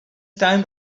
time